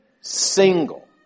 single